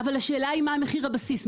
אבל השאלה היא מה מחיר הבסיס?